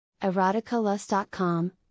eroticalust.com